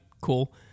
cool